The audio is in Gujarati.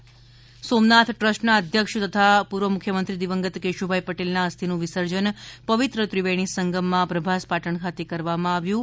કેશુભાઈ અસ્થિ વિસર્જન સોમનાથ ટ્રસ્ટના અધ્યક્ષ તથા પૂર્વ મુખ્યમંત્રી દિવગંત કેશુભાઇ પટેલના અસ્થિનું વિસર્જન પવિત્ર ત્રીવેણી સંગમમાં પ્રભાસ પાટણ ખાતે કરવામાં આવ્યું હતું